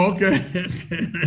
Okay